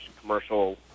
commercial